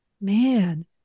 man